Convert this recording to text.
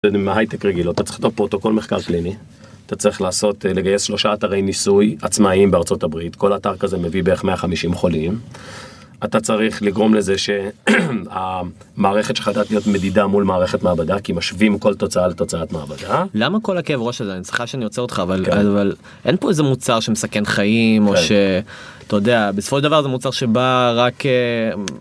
מהייטק רגילות, אתה צריך לדאוג פרוטוקול מחקר קליני, אתה צריך לעשות, לגייס שלושה אתרי ניסוי עצמאיים בארצות הברית, כל אתר כזה מביא בערך 150 חולים, אתה צריך לגרום לזה שהמערכת שלך תהיה מדידה מול מערכת מעבדה, כי משווים כל תוצאה לתוצאת מעבדה. למה כל הכאב ראש הזה? סליחה שאני עוצר אותך, אבל אין פה איזה מוצר שמסכן חיים או שאתה יודע, בסופו של דבר זה מוצר שבא רק.